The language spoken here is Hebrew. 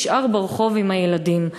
נשאר ברחוב עם הילדים.